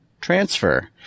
Transfer